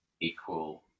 equal